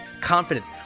confidence